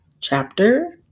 chapter